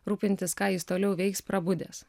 rūpintis ką jis toliau veiks prabudęs